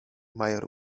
major